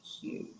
huge